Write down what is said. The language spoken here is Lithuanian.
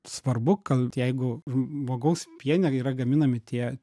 svarbu kad jeigu žmogaus piene yra gaminami tie